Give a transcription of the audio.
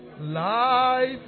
Life